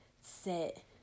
set